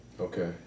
Okay